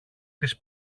της